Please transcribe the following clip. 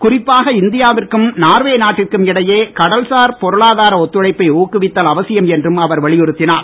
குறிப்பாக இந்தியாவிற்கும் நார்வே நாட்டிற்கும் இடையே கடல்சார் பொருளாதார ஒத்துழைப்பை ஊக்குவித்தல் அவசியம் என்றும் அவர் வலியுறுத்தினார்